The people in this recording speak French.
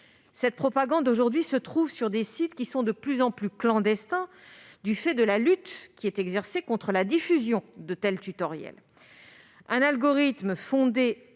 Cette propagande se trouve aujourd'hui sur des sites de plus en plus clandestins, du fait de la lutte qui est exercée contre la diffusion de tels didacticiels. Un algorithme fondé